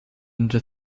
into